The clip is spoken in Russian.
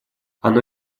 оно